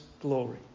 glory